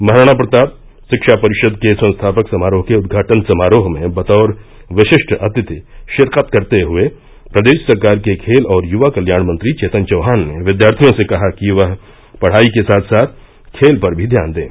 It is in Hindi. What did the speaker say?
महाराणा प्रताप रिक्षा परिषद के संस्थापक समारोह के उद्घाटन समारोह में बतौर विशिष्ट अतिथि शिरकत करते हए प्रदेश सरकार के खेल और युवा कल्याण मंत्री चेतन चौहान ने विद्यार्थियों से कहा कि वह पढ़ाई के साथ साथ खेल पर भी ध्यान दें